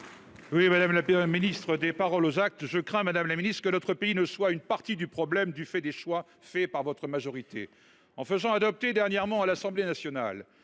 pour la réplique. Des paroles aux actes… Je crains, madame la ministre, que notre pays ne soit une partie du problème du fait des choix de votre majorité. En faisant adopter dernièrement, à l’Assemblée nationale,